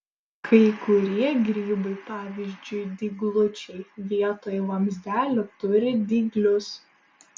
kai kurie grybai pavyzdžiui dyglučiai vietoj vamzdelių turi dyglius